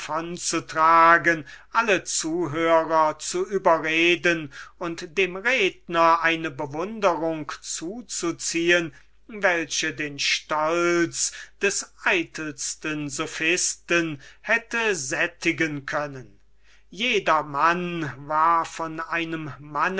alle zuhörer zu überreden und dem redner eine bewunderung zu zuziehen welche den stolz des eitelsten sophisten hätte sättigen können jedermann war von einem manne